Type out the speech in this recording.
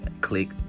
click